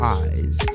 eyes